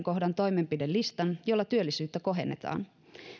kohdan toimenpidelistan jolla työllisyyttä kohennetaan